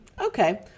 Okay